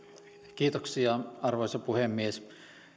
kiitoksia arvoisa puhemies